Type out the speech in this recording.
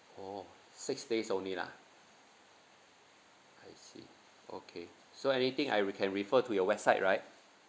oh six days only lah I see okay so anything I re~ can refer to your website right